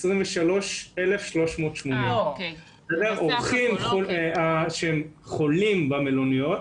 23,380. אורחים שהם חולים במלוניות,